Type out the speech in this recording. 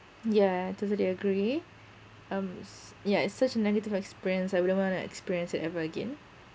yeah totally agree um it's yeah it's such a negative experience I wouldn't want to experience it ever again